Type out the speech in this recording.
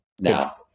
now